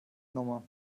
nummer